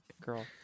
girl